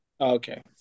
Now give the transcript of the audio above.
Okay